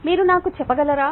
మీరు నాకు చెప్పగలరా